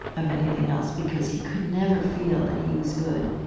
of anything else because he could never feel that he was good.